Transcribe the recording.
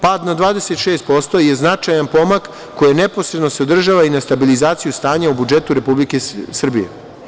Pad na 26% je značajan pomak, koji neposredno se odražava i stabilizaciju stanja u budžetu Republike Srbije.